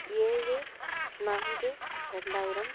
ஏழு நான்கு ரெண்டாயிரம்